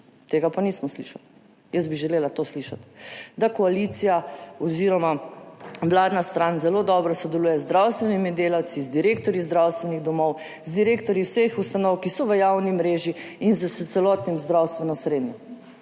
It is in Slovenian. Tega pa nismo slišali. Jaz bi želela to slišati, da koalicija oziroma vladna stran zelo dobro sodeluje z zdravstvenimi delavci, z direktorji zdravstvenih domov, z direktorji vseh ustanov, ki so v javni mreži, in s celotno zdravstveno srenjo.